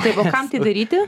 tai kam tai daryti